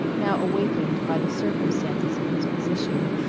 now awakened by the circumstances of his position.